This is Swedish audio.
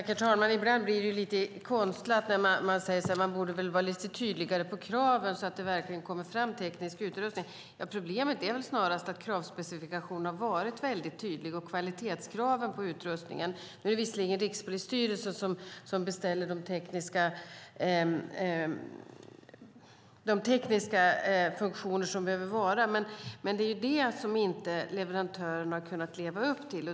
Herr talman! Ibland blir det lite konstlat när man säger att kraven måste vara tydligare så att det verkligen kommer fram teknisk utrustning. Problemet är väl snarast att kravspecifikationen och kvalitetskraven på utrustningen har varit väldigt tydliga. Nu är det visserligen Rikspolisstyrelsen som beställer de tekniska funktioner som behövs, men det är detta leverantörerna inte har kunnat leva upp till.